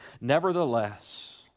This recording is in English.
nevertheless